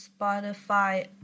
spotify